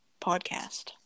podcast